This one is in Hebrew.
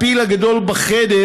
הפיל הגדול בחדר,